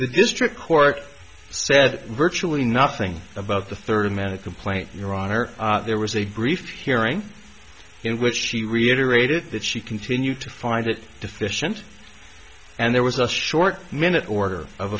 the district court said virtually nothing about the thirty minute complaint your honor there was a brief hearing in which she reiterated that she continued to find it deficient and there was a short minute order of